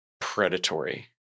predatory